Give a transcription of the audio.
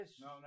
No